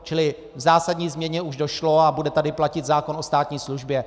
Čili k zásadní změně už došlo a bude tady platit zákon o státní službě.